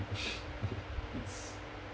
it's